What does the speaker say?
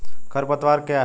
खरपतवार क्या है?